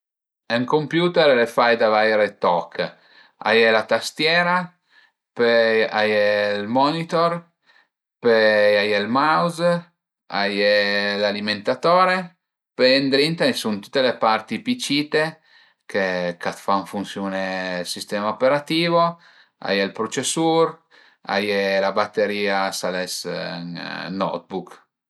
Ën computer al e fait da vaire toch, a ie ël monitor, pöi a ie ël mouse, a ie l'alimentatore, pöi ëndrinta a i sun tüte le parti pi cite che che a t'fan funsiun-è ël sistema operativo, a ie ël prucesur, a ie la baterìa s'al e ën notebook